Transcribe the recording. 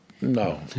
No